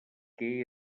que